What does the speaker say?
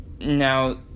Now